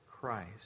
Christ